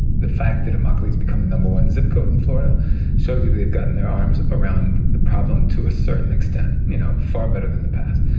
the fact that immokalee's become the number one zip code in florida shows you they've gotten their arms around the problem to a certain extent. you know, far better than the past.